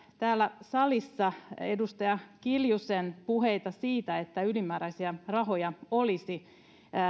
täällä salissa edustaja kiljusen puheita siitä että ylimääräisiä rahoja olisi